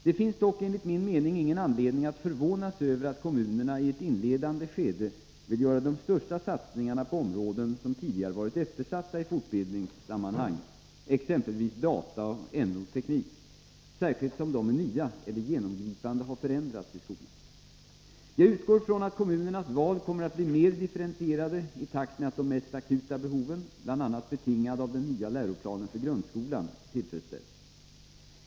Det finns dock enligt min mening ingen anledning att förvånas över att kommunerna i ett inledande skede vill göra de största satsningarna på områden som tidigare varit eftersatta i fortbildningssammanhang, exempelvis data och NO/teknik, särskilt som de är nya eller genomgripande har förändrats i skolan. Jag utgår från att kommunernas val kommer att bli mer differentierade i takt med att de mest akuta behoven, bl.a. betingade av den nya läroplanen för grundskolan, tillfredsställs.